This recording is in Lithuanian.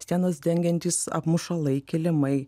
sienas dengiantys apmušalai kilimai